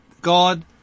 God